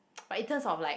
but in terms of like